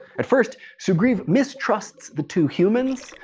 at first sugriv mistrusts the two humans,